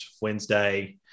Wednesday